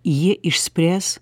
jie išspręs